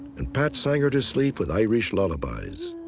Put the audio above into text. and pat sang her to sleep with irish lullabies.